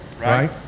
right